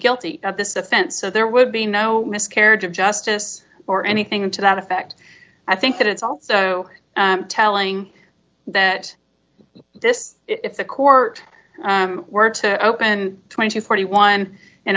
guilty of this offense so there would be no miscarriage of justice or anything to that effect i think that it's also telling that this if the court were to open twenty to forty one and